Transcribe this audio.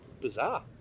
bizarre